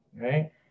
right